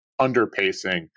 underpacing